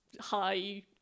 high